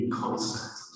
concept